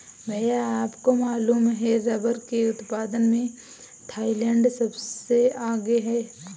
भैया आपको मालूम है रब्बर के उत्पादन में थाईलैंड सबसे आगे हैं